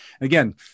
again